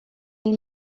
این